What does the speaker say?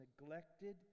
neglected